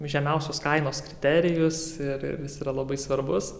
žemiausios kainos kriterijus ir ir jis yra labai svarbus